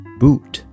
boot